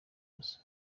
gusa